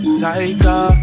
tighter